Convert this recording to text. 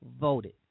voted